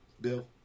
Bill